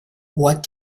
what